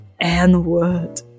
n-word